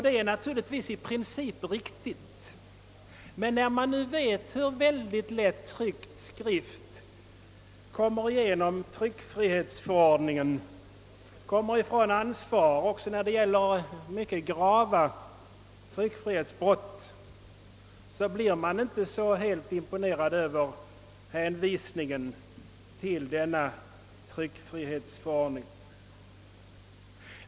Det är naturligtvis i princip riktigt, men när man nu vet hur synnerligen lätt tryckt skrift undgår åtal enligt tryckfrihetsförordningen, även i fråga om mycket grava tryckfrihetsbrott, blir man inte särskilt imponerad av hänvisningen till denna tryckfrihetsförordning.